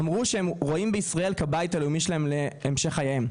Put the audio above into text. אמרו שהם רואים בישראל את הבית הלאומי שלהם להמשך חייהם.